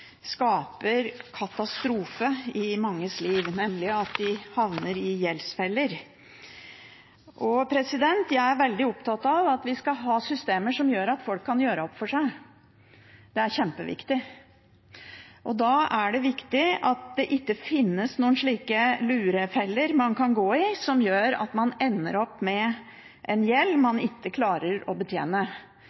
skaper katastrofe i manges liv, nemlig at de havner i gjeldsfeller. Jeg er veldig opptatt av at vi skal ha systemer som gjør at folk kan gjøre opp for seg. Det er kjempeviktig. Da er det viktig at det ikke finnes noen slike lurefeller man kan gå i, som gjør at man ender opp med en gjeld man ikke klarer å betjene,